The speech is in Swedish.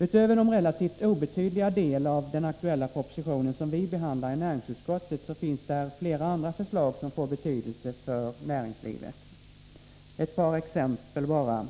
Utöver den relativt obetydliga del av den aktuella propositionen som vi behandlar i näringsutskottet så finns det flera andra förslag som får betydelse för näringslivet. Ett par exempel bara: